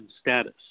status